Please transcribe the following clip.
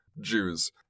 Jews